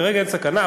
כרגע אין סכנה,